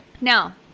Now